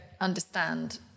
understand